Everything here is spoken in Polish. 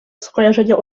skojarzenia